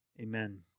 Amen